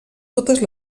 totes